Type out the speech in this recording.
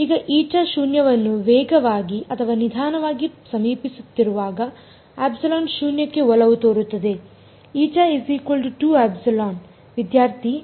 ಈಗ η ಶೂನ್ಯವನ್ನು ವೇಗವಾಗಿ ಅಥವಾ ನಿಧಾನವಾಗಿ ಸಮೀಪಿಸುತ್ತಿರುವಾಗ ε ಶೂನ್ಯಕ್ಕೆ ಒಲವು ತೋರುತ್ತದೆ